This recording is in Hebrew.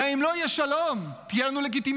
גם אם לא יהיה שלום, תהיה לנו לגיטימציה.